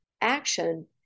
action